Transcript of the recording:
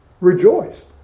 Rejoiced